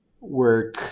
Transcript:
work